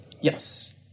Yes